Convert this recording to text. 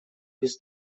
без